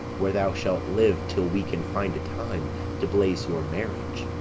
where thou shalt live till we can find a time to blaze your marriage,